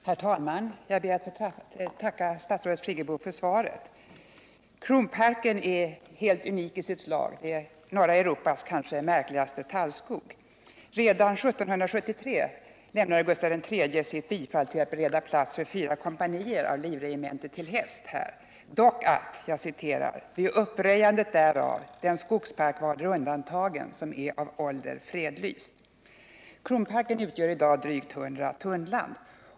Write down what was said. Herr talman! Jag ber att få tacka statsrådet Friggebo för svaret. Kronparken är helt unik i sitt slag med norra Europas kanske märkligaste tallskog. Redan 1773 lämnade Gustaf III sitt bifall till att bereda plats här för fyra kompanier av livregementet till häst, ”dock att wid uppröjandet däraf den skogsparck warder undantagen som är af ålder fredlyst ——--". Kronparken omfattar i dag drygt 100 tunnland.